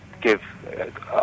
give